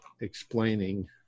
explaining